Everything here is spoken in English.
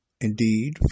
Indeed